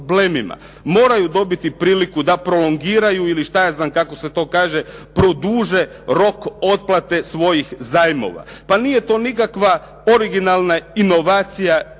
moraju dobiti priliku da prolongiraju ili šta ja znam kako se to kaže, produže rok otplate svojih zajmova. Pa nije to nikakva orginalna inovacija u